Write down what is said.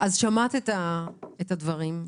שמעת את הדברים,